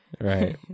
right